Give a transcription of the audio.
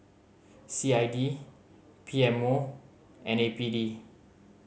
C I D P M O and A P D